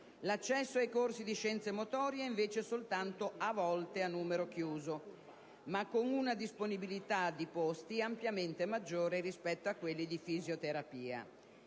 L'accesso ai corsi di scienze motorie è invece soltanto a volte a numero chiuso, ma con una disponibilità di posti ampiamente maggiore rispetto a quelli di fisioterapia.